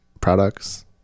products